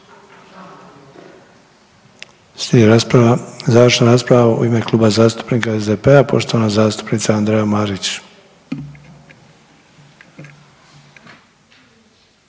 rasprava, završna rasprava u ime Kluba zastupnika SDP-a poštovana zastupnica Andreja Marić.